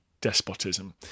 despotism